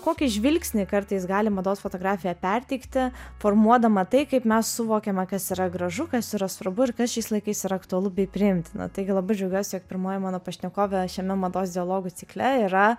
kokį žvilgsnį kartais gali mados fotografija perteikti formuodama tai kaip mes suvokiame kas yra gražu kas yra svarbu ir kas šiais laikais yra aktualu bei priimtina taigi labai džiaugiuosi jog pirmoji mano pašnekovė šiame mados dialogų cikle yra